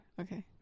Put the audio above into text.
Okay